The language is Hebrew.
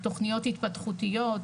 תוכניות התפתחותיות,